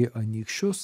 į anykščius